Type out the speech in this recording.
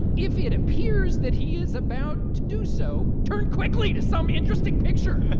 if it appears that he is about to do so turn quickly to some interesting picture.